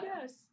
Yes